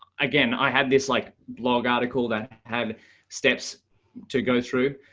again, i had this like blog article that had steps to go through.